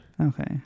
Okay